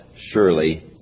surely